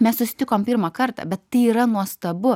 mes susitikom pirmą kartą bet tai yra nuostabu